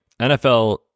NFL